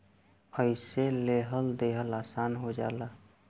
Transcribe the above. अइसे लेहल देहल आसन हो जाला